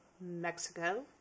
Mexico